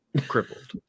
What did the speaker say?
crippled